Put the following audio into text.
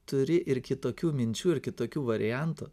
turi ir kitokių minčių ir kitokių variantų